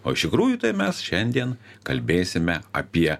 o iš tikrųjų tai mes šiandien kalbėsime apie